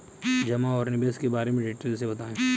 जमा और निवेश के बारे में डिटेल से बताएँ?